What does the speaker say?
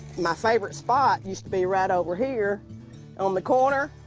my favorite spot used to be right over here on the corner.